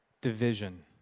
division